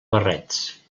barrets